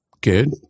good